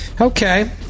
Okay